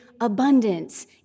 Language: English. abundance